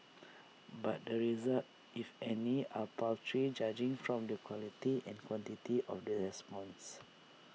but the results if any are paltry judging from the quality and quantity of the responses